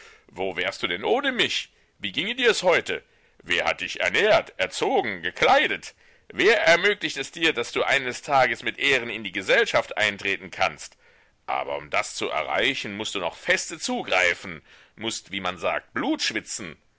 wo wärst du denn ohne mich wie ginge dirs heute wer hat dich ernährt erzogen gekleidet wer ermöglicht es dir daß du eines tages mit ehren in die gesellschaft eintreten kannst aber um das zu erreichen mußt du noch feste zugreifen mußt wie man sagt blut schwitzen